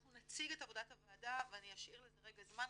אנחנו נציג את עבודת הוועדה ואני אשאיר לזה זמן,